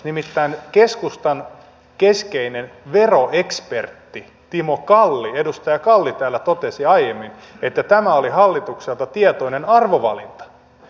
nimittäin keskustan keskeinen veroekspertti edustaja timo kalli täällä totesi aiemmin että tämä oli hallitukselta tietoinen arvovalinta